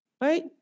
right